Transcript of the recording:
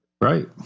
Right